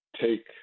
take